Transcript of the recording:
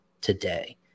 today